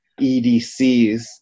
EDCs